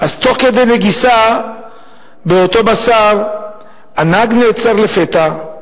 תוך כדי נגיסה באותו בשר הנהג נעצר לפתע,